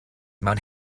mewn